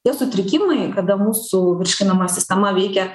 tie sutrikimai kada mūsų virškinimo sistema veikia